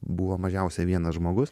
buvo mažiausiai vienas žmogus